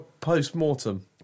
Post-mortem